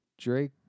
Drake